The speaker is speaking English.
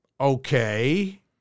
okay